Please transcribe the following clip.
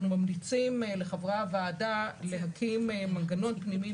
אנחנו ממליצים לחברי הוועדה להקים מנגנון פנימי